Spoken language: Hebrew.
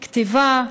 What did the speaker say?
כתיבה,